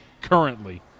currently